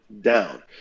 down